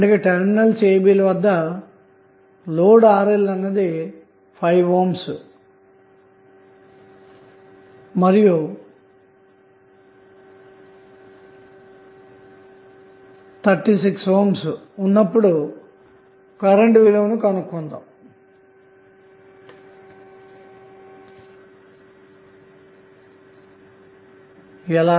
అలాగే terminals a b ల వద్ద లోడ్ RL అన్నది 6 ohm మరియు 36 ohm ఉన్నప్పుడు కరెంటు విలువను కనుక్కోవాలి